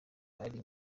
ari